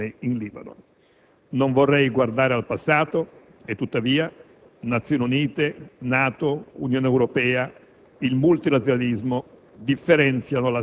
Sono tornate le Nazioni Unite, la NATO, l'Unione Europea, e ringrazio il senatore Zanone per aver ricordato gli sforzi